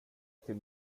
till